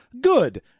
Good